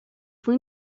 fue